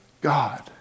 God